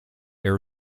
air